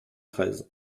treize